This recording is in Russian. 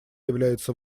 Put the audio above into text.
является